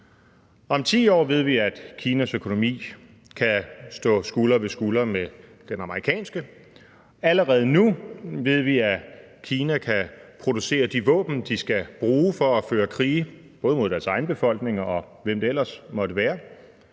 gået. Vi ved, at Kinas økonomi om 10 år kan stå skulder ved skulder med den amerikanske. Allerede nu ved vi, at Kina kan producere de våben, de skal bruge, for at føre krige både mod deres egen befolkning, og hvem det ellers måtte være.